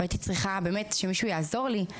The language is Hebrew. הייתי צריכה שמישהו יעזור לי.